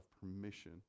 permission